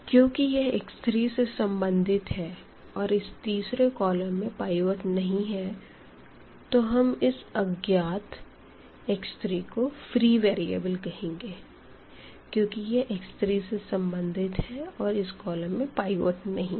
क्योंकि यह x3 से संबंधित है और इस तीसरे कॉलम में पाइवट नहीं है तो हम इस अज्ञात x3को फ्री वेरिएबल कहेंगे क्योंकि यह x3 से संबंधित है और इस कॉलम में पाइवट नहीं है